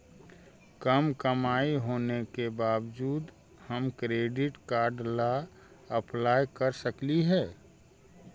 कम कमाई होने के बाबजूद हम क्रेडिट कार्ड ला अप्लाई कर सकली हे?